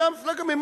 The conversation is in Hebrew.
מאיזה מפלגה?